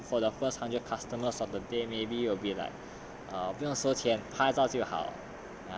so payment for the first hundred customers of the day maybe will be like err 不用收钱拍照就好